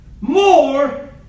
more